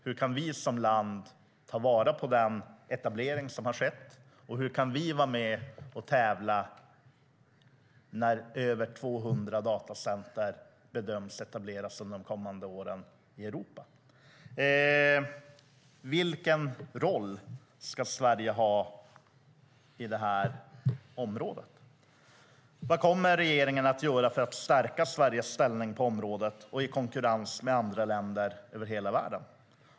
Hur kan vi som land ta vara på den etablering som har skett, och hur kan vi vara med och tävla när över 200 datacenter bedöms etableras under de kommande åren i Europa? Vilken roll ska Sverige ha på området? Vad kommer regeringen att göra för att stärka Sveriges ställning på området i konkurrens med andra länder över hela världen?